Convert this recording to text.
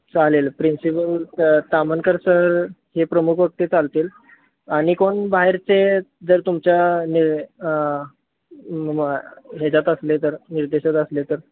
चालेल प्रिन्सिपल त तामनकर सर हे प्रमुख वक्ते चालतील आणि कोण बाहेरचे जर तुमच्या नि ह्याच्यात असले तर निर्देशात असले तर